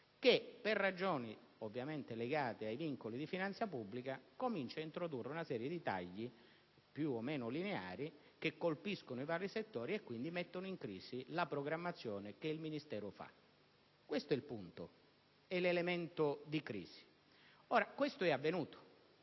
che, per ragioni ovviamente legate ai vincoli di finanza pubblica, comincia ad introdurre una serie di tagli, più o meno lineari, che colpiscono i vari settori e quindi mettono in crisi la programmazione del Ministero. Questo è il punto. Questo è l'elemento di crisi. Ora, questo è avvenuto.